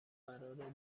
قراره